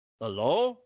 hello